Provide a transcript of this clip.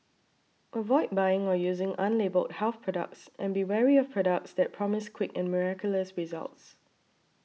avoid buying or using unlabelled health products and be wary of products that promise quick and miraculous results